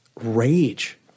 rage